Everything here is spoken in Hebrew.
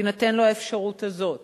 תינתן לו האפשרות הזאת.